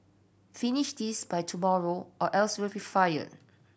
finish this by tomorrow or else you'll be fired